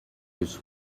this